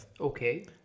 Okay